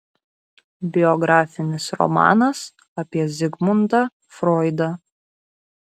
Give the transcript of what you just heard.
biografinis romanas apie zigmundą froidą